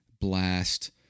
blast